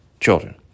children